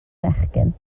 fechgyn